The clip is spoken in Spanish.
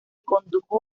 condujo